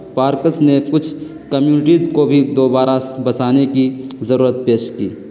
parks نے کچھ communities کو بھی دوبارہ بسانے کی ضرورت پیش کی